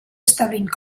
establint